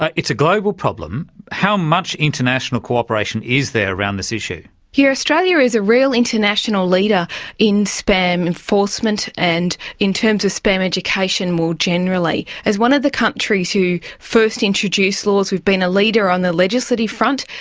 ah it is a global problem. how much international cooperation is there around this issue? yes, australia is a real international leader in spam enforcement and in terms of spam education more generally. as one of the countries who first introduced laws, we've been a leader on the legislative front,